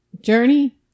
Journey